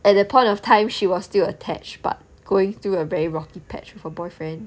at that point of time she was still attached but going through a very rocky patch with her boyfriend